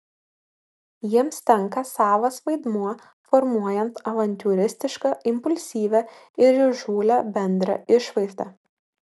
jiems tenka savas vaidmuo formuojant avantiūristišką impulsyvią ir įžūlią bendrą išvaizdą